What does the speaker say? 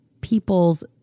people's